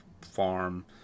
farm